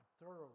thoroughly